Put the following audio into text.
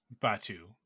batu